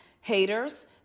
haters